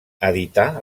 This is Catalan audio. edità